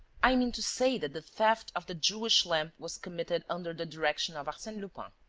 i mean to say that the theft of the jewish lamp was committed under the direction of arsene lupin.